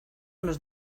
nos